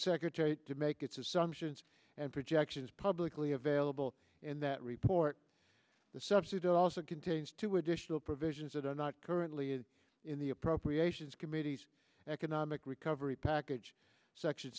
secretary to make its assumptions and projections publicly available in that report the substitute also contains two additional provisions that are not currently in the appropriations committees economic recovery package section